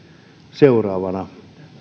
seuraavalla